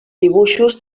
dibuixos